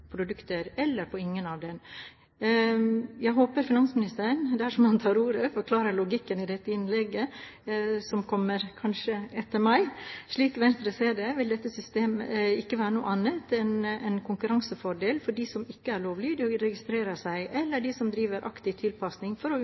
eller på ingen av dem. Jeg håper finansministeren – dersom han tar ordet – forklarer logikken i et innlegg som kanskje kommer etter mitt. Slik Venstre ser det, vil dette systemet ikke være noe annet enn en konkurransefordel for dem som ikke er lovlydige og registrerer seg, eller for dem som driver aktiv tilpasning for å